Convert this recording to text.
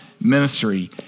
ministry